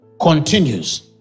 continues